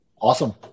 Awesome